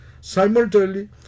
Simultaneously